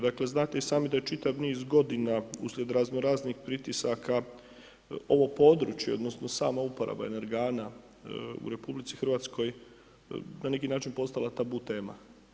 Dakle, znate i sami da čitav niz godina uslijed raznoraznih pritisaka ovog područja odnosno samo uporaba energana u RH na neki način postala tabu tema.